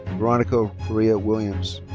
veronica coria williams.